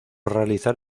realizar